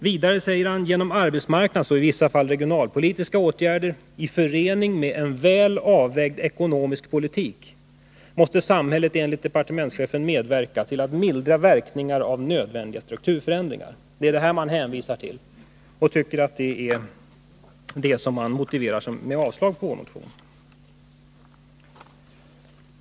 Vidare heter det: ”Genom arbetsmarknadsoch i vissa fall regionalpolitiska åtgärder i förening med en väl avvägd ekonomisk politik måste samhället enligt departementschefen medverka till att mildra verkningarna av nödvändiga strukturförändringar.” Det är detta man hänvisar till och använder som motivering för yrkande om avslag på vår motion.